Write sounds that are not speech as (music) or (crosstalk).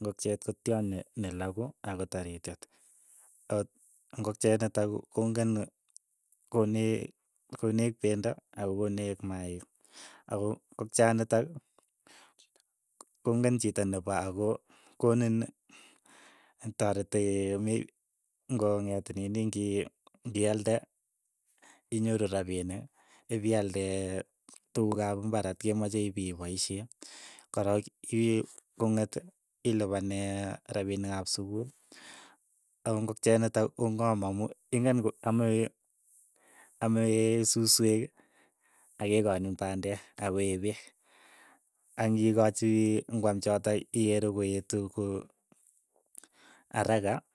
Ngokiet ko tyony ne- ne loku ako tarityet, ot ingokiet ne tai kong'en kone ko neech pendo ak ko konech maaik, ako ng'okchanitok, ko- kong'en chito nepo, ako konin. teretii, ng'ong'et nini, ng'ialde inyoru rapinik, ipial tukuk ap imbar ndekemishe pi paishe, kora ipe kong'et ilipane rapinik ap sukul, ako ng'okiet netai kong'am amu ingen ko ame (hesitation) ameiin susweek ak kekochini pandek. akoe pek, ang kikachi ng'wam chotok ikere koetu ko araka